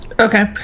Okay